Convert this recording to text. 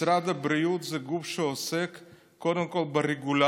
משרד הבריאות זה גוף שעוסק קודם כול ברגולציה.